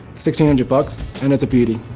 six yeah hundred bucks and it's a beauty.